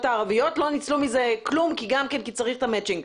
המקומיות ולא ניצלו מזה כלום כי צריך מצ'ינג.